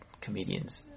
comedians